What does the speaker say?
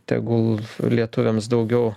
tegul lietuviams daugiau